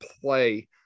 play